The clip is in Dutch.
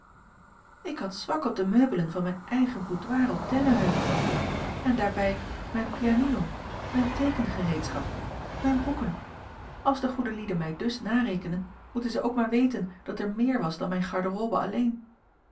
ik had zwak op de meubelen van mijn eigen boudoir op dennenheuvel oom en daarbij mijne pianino mijn teekengereedschap mijne boeken als de goede lieden mij dus narekenen moeten zij ook maar weten dat er meer was dan mijne garderobe alleen